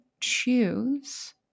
choose